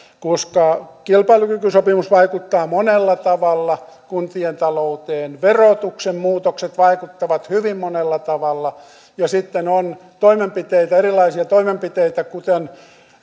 koska kilpailukykysopimus vaikuttaa monella tavalla kuntien talouteen verotuksen muutokset vaikuttavat hyvin monella tavalla ja sitten on erilaisia toimenpiteitä kuten